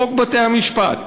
חוק בתי-המשפט,